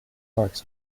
barks